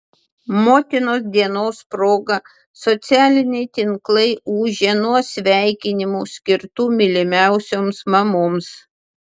motinos dienos proga socialiniai tinklai ūžė nuo sveikinimų skirtų mylimiausioms mamoms